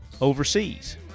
overseas